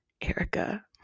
Erica